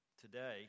today